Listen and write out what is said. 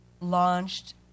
launched